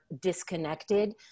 disconnected